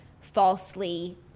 falsely